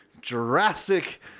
Jurassic